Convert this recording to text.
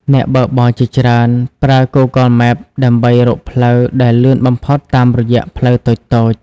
អ្នកបើកបរជាច្រើនប្រើ Google Maps ដើម្បីរកផ្លូវដែលលឿនបំផុតតាមរយៈផ្លូវតូចៗ។